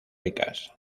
ricas